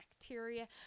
bacteria